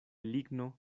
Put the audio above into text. ligno